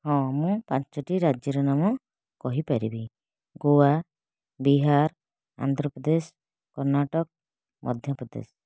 ହଁ ମୁଁ ପାଞ୍ଚଟି ରାଜ୍ୟର ନାମ କହି ପାରିବି ଗୋଆ ବିହାର ଆନ୍ଧ୍ରପ୍ରଦେଶ କର୍ଣ୍ଣାଟକ ମଧ୍ୟପ୍ରଦେଶ